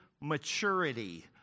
maturity